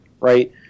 right